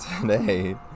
today